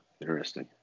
Interesting